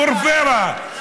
פורפרה.